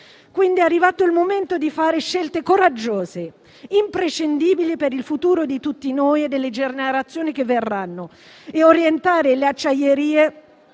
quindi arrivato il momento di fare scelte coraggiose, imprescindibili per il futuro di tutti noi e delle generazioni che verranno, e orientare le acciaierie